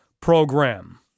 program